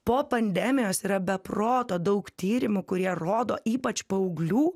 po pandemijos yra be proto daug tyrimų kurie rodo ypač paauglių